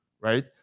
right